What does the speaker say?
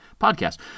podcast